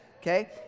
Okay